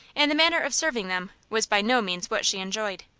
and the manner of serving them was by no means what she enjoyed.